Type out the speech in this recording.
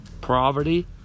poverty